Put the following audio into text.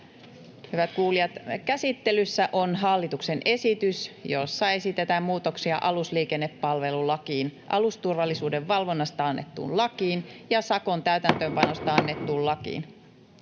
Hyvät kuulijat, käsittelyssä on hallituksen esitys, jossa esitetään muutoksia alusliikennepalvelulakiin, alusturvallisuuden valvonnasta annettuun lakiin ja sakon täytäntöönpanosta annettuun lakiin.